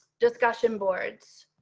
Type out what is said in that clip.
discussion boards.